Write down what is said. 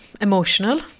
emotional